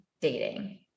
dating